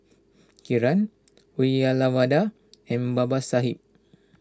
Kiran Uyyalawada and Babasaheb